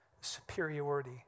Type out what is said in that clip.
superiority